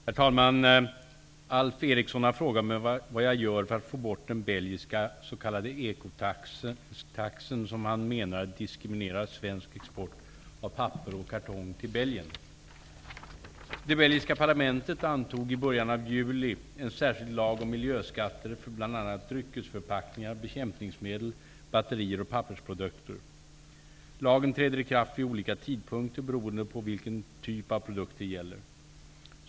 Herr talman! Alf Eriksson har frågat mig vad jag gör för att få bort den belgiska s.k. ECO-taxen, som han menar diskriminerar svensk export av papper och kartong till Belgien. dryckesförpackningar, bekämpningsmedel, batterier och pappersprodukter. Lagen träder i kraft vid olika tidpunkter beroende på vilken typ av produkt det gäller.